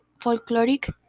folkloric